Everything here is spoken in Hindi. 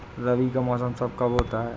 रबी का मौसम कब होता हैं?